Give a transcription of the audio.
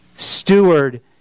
Steward